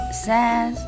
says